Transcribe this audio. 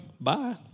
bye